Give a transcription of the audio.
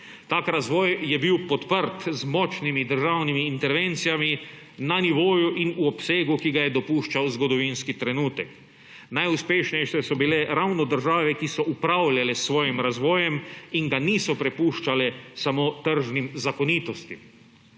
Tak razvoj je bil podprt z močnimi državnimi intervencijami na nivoju in v obsegu, ki ga je dopuščal zgodovinski trenutek. Najuspešnejše so bile ravno države, ki so upravljale s svojim razvojem in ga niso prepuščale samo tržnim zakonitostim.